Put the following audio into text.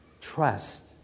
trust